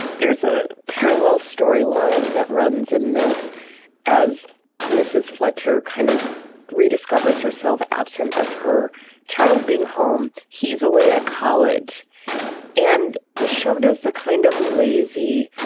there's a parallel storyline that runs in this as mrs. fletcher kind of rediscovers herself absent of her child being home. he's away at college and this show does the kind of lazy.